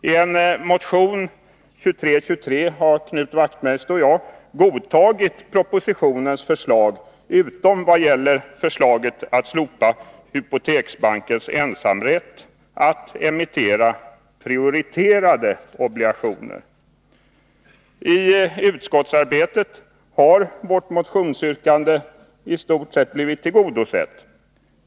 I en motion, nr 2323, har Knut Wachtmeister och jag godtagit propositionens förslag, utom i vad gäller att slopa hypoteksbankens ensamrätt att emittera prioriterade obligationer. I utskottsarbetet har vårt motionsyrkande istort sett blivit tillgodosett.